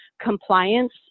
compliance